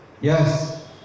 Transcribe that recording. Yes